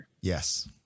Yes